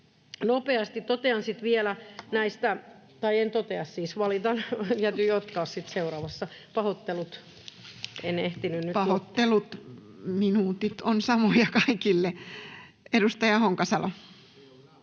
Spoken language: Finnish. koputtaa] — Tai en totea siis, valitan. Täytyy jatkaa sitten seuraavassa. Pahoittelut, en ehtinyt nyt. Pahoittelut, minuutit ovat samoja kaikille. — Edustaja Honkasalo. Arvoisa